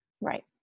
Right